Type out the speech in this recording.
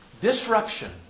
Disruption